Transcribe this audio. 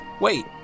wait